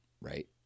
right